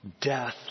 Death